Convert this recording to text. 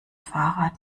fahrrad